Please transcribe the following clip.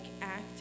act